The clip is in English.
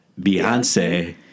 Beyonce